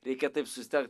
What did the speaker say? reikia taip susitelkt